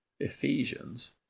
Ephesians